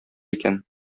икән